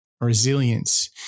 resilience